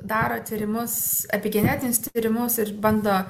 daro tyrimus epigenetinius tyrimus ir bando